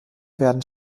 werden